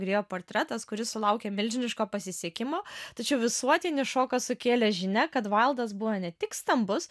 grėjo portretas kuris sulaukė milžiniško pasisekimo tačiau visuotinį šoką sukėlė žinia kad vaildas buvo ne tik stambus